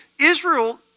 Israel